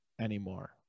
anymore